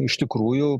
iš tikrųjų